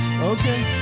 Okay